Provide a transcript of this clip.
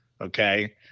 Okay